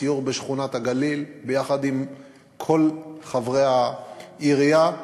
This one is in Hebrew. בסיור בשכונת-הגליל ביחד עם כל חברי העירייה.